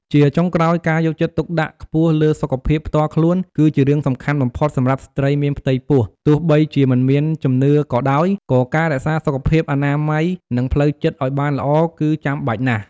ជាចុងក្រោយ ការយកចិត្តទុកដាក់ខ្ពស់លើសុខភាពផ្ទាល់ខ្លួន គឺជារឿងសំខាន់បំផុតសម្រាប់ស្ត្រីមានផ្ទៃពោះ ទោះបីជាមិនមានជំនឿក៏ដោយ ក៏ការរក្សាសុខភាព អនាម័យ និងផ្លូវចិត្តឲ្យបានល្អ គឺចាំបាច់ណាស់។